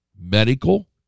medical